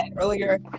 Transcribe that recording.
earlier